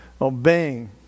obeying